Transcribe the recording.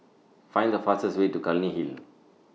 Find The fastest Way to Clunny Hill